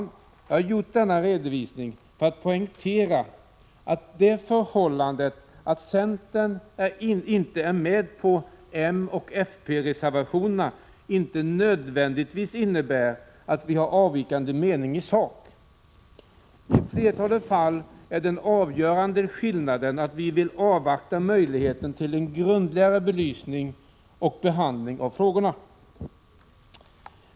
Jag har gjort denna redovisning för att poängtera att det förhållandet att centern inte är med på moch fp-reservationer inte nödvändigtvis innebär att vi har avvikande mening i sak. I flertalet fall är den avgörande skillnaden den att vi vill avvakta möjligheten till en grundligare belysning och behandling av frågorna.